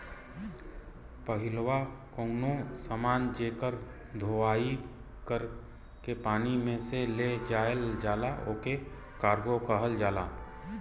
पहिलवा कउनो समान जेकर धोवाई कर के पानी में से ले जायल जाला ओके कार्गो कहल जाला